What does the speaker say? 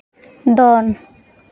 ᱫᱚᱱ